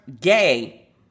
gay